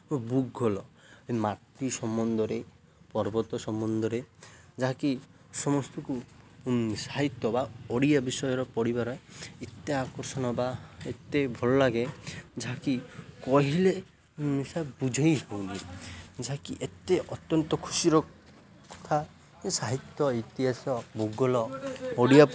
ଭୂଗୋଳ ମାଟି ସମ୍ବନ୍ଧରେ ପର୍ବତ ସମ୍ବନ୍ଧରେ ଯାହାକି ସମସ୍ତକୁ ସାହିତ୍ୟ ବା ଓଡ଼ିଆ ବିଷୟର ପରିବାର ଏତେ ଆକର୍ଷଣ ବା ଏତେ ଭଲ ଲାଗେ ଯାହାକି କହିଲେ ମିଶ ବୁଝାଇ ହୁଏନି ଯାହାକି ଏତେ ଅତ୍ୟନ୍ତ ଖୁସିର କଥା ସାହିତ୍ୟ ଇତିହାସ ଭୂଗୋଳ ଓଡ଼ିଆ